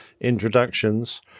introductions